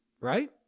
right